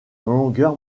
longueur